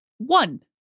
One